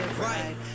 Right